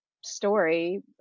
story